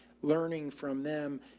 learning from them,